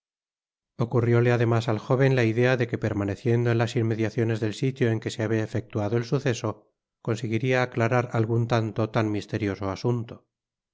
ocurrióle además al jóven la idea de que permaneciendo en las inmediaciones del sitio en que se habia efectuado el suceso conseguiria aclarar algun tanto tan misterioso asunto